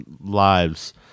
lives